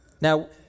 Now